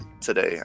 today